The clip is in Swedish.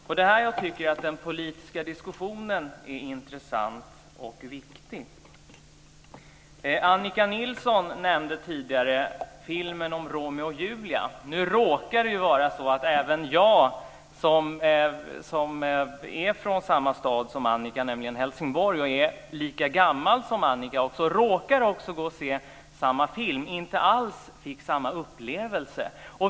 Här tycker jag att den politiska diskussionen är intressant och viktig. Annika Nilsson nämnde tidigare filmen om Romeo och Julia. Jag är från samma stad som Annika, nämligen Helsingborg, och lika gammal som hon. Jag råkade gå och se samma film och fick inte alls samma upplevelse.